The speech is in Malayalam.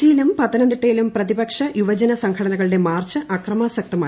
കൊച്ചിയിലും പത്തനംതിട്ടയിലും പ്രതിപക്ഷ യുവജന സംഘടനകളുടെ മാർച്ച് അക്രമാസക്തമായി